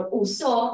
uso